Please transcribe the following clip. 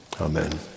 Amen